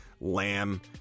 Lamb